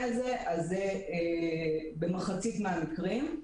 הזה אנחנו רואים שמדובר על כמחצית מהמקרים.